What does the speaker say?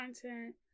content